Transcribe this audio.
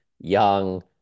young